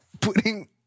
putting